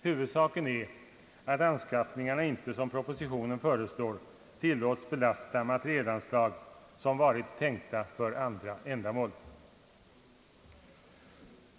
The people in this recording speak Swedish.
Huvudsaken är att anskaffningarna inte, som propositionen föreslår, tillåts belasta materielanslag som varit tänkta för andra ändamål.